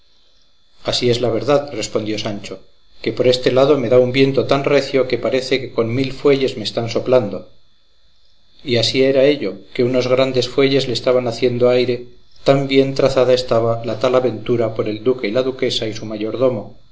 así es la verdad respondió sancho que por este lado me da un viento tan recio que parece que con mil fuelles me están soplando y así era ello que unos grandes fuelles le estaban haciendo aire tan bien trazada estaba la tal aventura por el duque y la duquesa y su mayordomo